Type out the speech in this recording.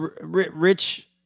rich